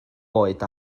oed